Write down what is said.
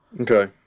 Okay